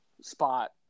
spot